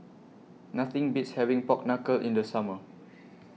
Nothing Beats having Pork Knuckle in The Summer